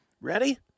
Ready